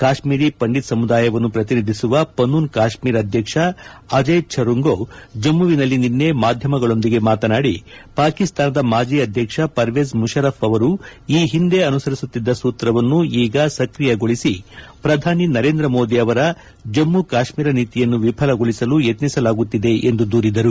ಕಾತ್ನೀರಿ ಪಂಡಿತ್ ಸಮೂದಾಯವನ್ನು ಪ್ರತಿನಿಧಿಸುವ ಪನೂನ್ ಕಾತ್ನೀರ್ ಅಧ್ಯಕ್ಷ ಅಜಯ್ ಛರುಂಗೋ ಜಮ್ನುವಿನಲ್ಲಿ ನನ್ನೆ ಮಾಧ್ಯಮಗಳೊಂದಿಗೆ ಮಾತನಾಡಿ ಪಾಕಿಸ್ತಾನದ ಮಾಜಿ ಅಧ್ಯಕ್ಷ ಪರ್ವೇಚ್ ಮುಷರಫ್ ಅವರು ಈ ಹಿಂದೆ ಅನುಸರಿಸುತ್ತಿದ್ದ ಸೂತ್ರವನ್ನು ಈಗ ಸಕ್ರಿಯಗೊಳಿಸಿ ಪ್ರಧಾನಿ ನರೇಂದ್ರ ಮೋದಿ ಅವರ ಜಮ್ಮ ಕಾತ್ತೀರ ನೀತಿಯನ್ನು ವಿಫಲಗೊಳಿಸಲು ಯತ್ತಿಸಲಾಗುತ್ತಿದೆ ಎಂದು ದೂರಿದರು